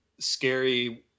scary